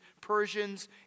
Persians